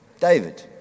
David